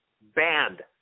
Banned